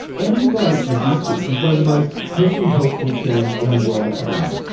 antibiotic resistance is one of the most pressing health concerns in the world today.